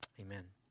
amen